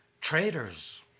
traitors